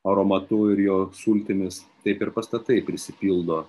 aromatu ir jo sultimis taip ir pastatai prisipildo